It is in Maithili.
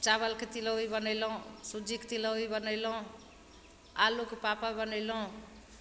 चावलके तिलौरी बनेलहुँ सूजीके तिलौरी बनेलहुँ आलूके पापड़ बनेलहुँ